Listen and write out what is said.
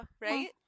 right